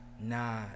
nah